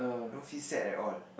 don't feel sad at all